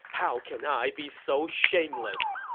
how can i be so shameless!